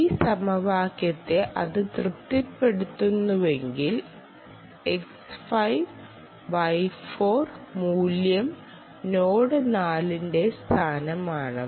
ഈ സമവാക്യത്തെ അത് തൃപ്തിപ്പെടുത്തുന്നുവെങ്കിൽ X5 Y4 മൂല്യം നോഡ് 4 ന്റെ സ്ഥാനമാണ്